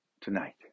tonight